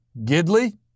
Gidley